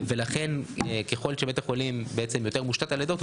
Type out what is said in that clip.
לכן ככל שבית החולים יותר מושתת על לידות,